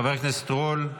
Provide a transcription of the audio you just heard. חבר הכנסת רול,